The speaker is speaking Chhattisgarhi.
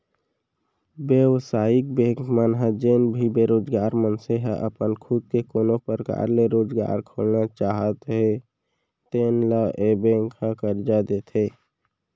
बेवसायिक बेंक मन ह जेन भी बेरोजगार मनसे मन ह अपन खुद के कोनो परकार ले रोजगार खोलना चाहते तेन ल ए बेंक ह करजा देथे